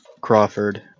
Crawford